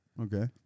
Okay